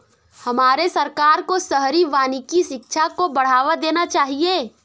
हमारे सरकार को शहरी वानिकी शिक्षा को बढ़ावा देना चाहिए